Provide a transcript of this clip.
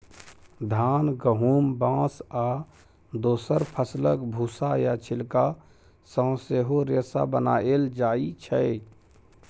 धान, गहुम, बाँस आ दोसर फसलक भुस्सा या छिलका सँ सेहो रेशा बनाएल जाइ छै